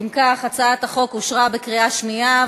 אם כך, הצעת החוק אושרה בקריאה שנייה.